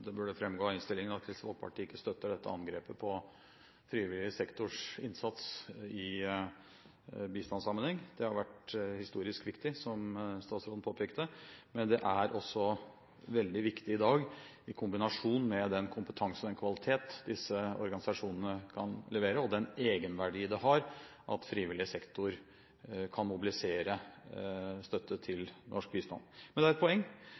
det burde fremgå av innstillingen at Kristelig Folkeparti ikke støtter dette angrepet på frivillig sektors innsats i bistandssammenheng. Det har vært historisk viktig, som statsråden påpekte, men det er også veldig viktig i dag – i kombinasjon med den kompetanse og den kvalitet disse organisasjonene kan levere, og den egenverdi det har, at frivillig sektor kan mobilisere støtte til norsk bistand. Men det er et poeng